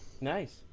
Nice